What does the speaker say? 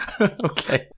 Okay